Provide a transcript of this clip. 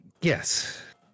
Yes